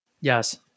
Yes